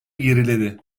geriledi